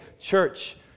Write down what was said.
church